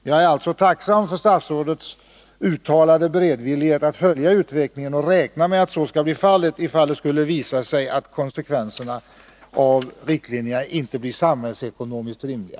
Jag är alltså tacksam för statsrådets uttalade beredvillighet att följa utvecklingen och räknar med att han skall vidta åtgärder, om det skulle visa sig att konsekvenserna av riktlinjerna inte blir samhällsekonomiskt rimliga.